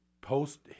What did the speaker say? post